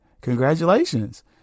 Congratulations